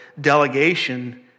delegation